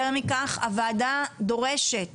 יותר מכך, הוועדה דורשת